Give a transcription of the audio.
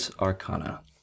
Arcana